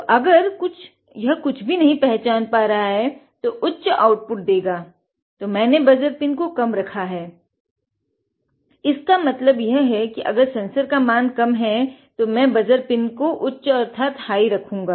तो अगर यह कुछ भी पहचान नही पा रहा है तो यह उच्च आउटपुट को कम रखा है इसका मतलब यह है कि अगर सेंसर का मान कम है तो मैं बज़र पिन को उच्च अर्थात हाई रखूँगा